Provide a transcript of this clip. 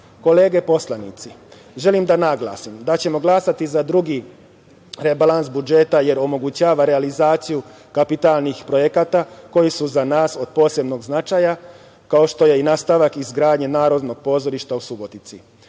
poslanici, želim da naglasim da ćemo glasati za drugi rebalans budžeta, jer omogućava realizaciju kapitalnih projekata, koji su za nas od posebnog značaja, kao što je i nastavak izgradnje Narodnog pozorišta u Subotici. Izgradnja